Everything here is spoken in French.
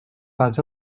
pas